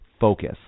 Focus